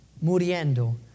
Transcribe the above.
muriendo